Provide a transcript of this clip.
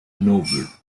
hanover